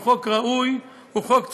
הוא חוק ראוי, חוק צודק,